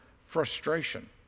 frustration